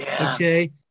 Okay